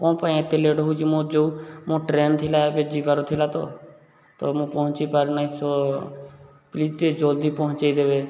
କ'ଣ ପାଇଁ ଏତେ ଲେଟ୍ ହେଉଛି ମୋର ଯେଉଁ ମୋ ଟ୍ରେନ୍ ଥିଲା ଏବେ ଯିବାର ଥିଲା ତ ତ ମୁଁ ପହଞ୍ଚି ପାରିନାହିଁ ସୋ ପ୍ଲିଜ୍ ଟିକିଏ ଜଲ୍ଦି ପହଞ୍ଚାଇ ଦେବେ